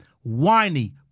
whiny